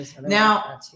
now